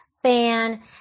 Fan